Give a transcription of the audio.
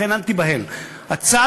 לכן, אל תיבהל.